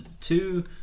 two